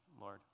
Lord